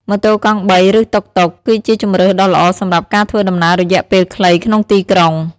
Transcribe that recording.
ម៉ូតូកង់បីឬតុកតុក គឺជាជម្រើសដ៏ល្អសម្រាប់ការធ្វើដំណើររយៈពេលខ្លីក្នុងទីក្រុង។